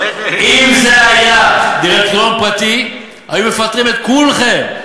אם זה היה דירקטוריון פרטי היו מפטרים את כולכם,